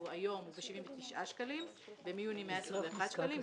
היום הוא 79 שקלים ומיוני - 121 שקלים,